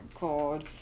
God